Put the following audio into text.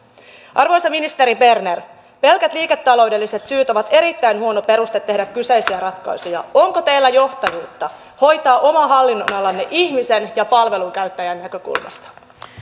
arvoisa ministeri berner pelkät liiketaloudelliset syyt ovat erittäin huono peruste tehdä kyseisiä ratkaisuja onko teillä johtajuutta hoitaa oma hallinnonalanne ihmisen ja palvelun käyttäjän näkökulmasta